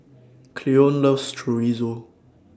Cleone loves Chorizo